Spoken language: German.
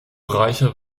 reicher